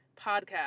Podcast